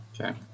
Okay